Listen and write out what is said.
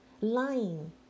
lying